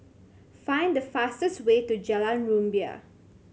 find the fastest way to Jalan Rumbia